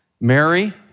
Mary